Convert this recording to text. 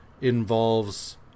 involves